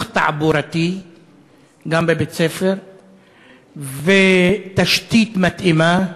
תעבורתי גם בבית-הספר ותשתית מתאימה.